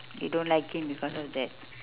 you don't like him because of that